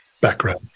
background